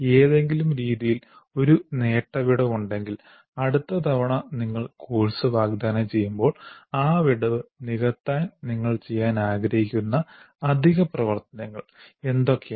ഏതെങ്കിലും രീതിയിൽ ഒരു നേട്ട വിടവ് ഉണ്ടെങ്കിൽ അടുത്ത തവണ നിങ്ങൾ കോഴ്സ് വാഗ്ദാനം ചെയ്യുമ്പോൾ ആ വിടവ് നികത്താൻ നിങ്ങൾ ചെയ്യാൻ ആഗ്രഹിക്കുന്ന അധിക പ്രവർത്തനങ്ങൾ എന്തൊക്കെയാണ്